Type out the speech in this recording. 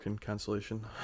cancellation